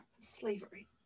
Slavery